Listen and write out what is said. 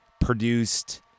produced